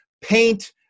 paint